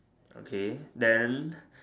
okay then